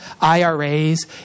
IRAs